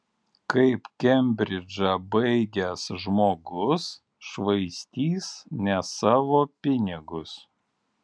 kaip kembridžą baigęs žmogus švaistys ne savo pinigus